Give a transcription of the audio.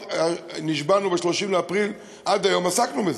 נשבענו ב-30 באפריל ועד היום עסקנו בזה,